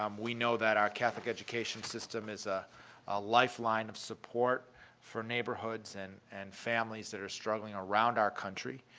um we know that our catholic education system is a ah lifeline of support for neighborhoods and and families that are struggling around our country.